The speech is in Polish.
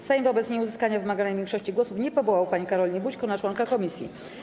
Sejm wobec nieuzyskania wymaganej większości głosów nie powołał pani Karoliny Bućko na członka komisji.